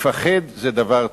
לפחד זה דבר טוב,